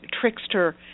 trickster